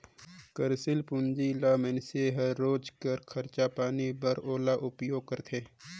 कारसील पूंजी ल मइनसे हर रोज कर खरचा पानी बर ओला उपयोग करथे